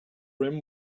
rim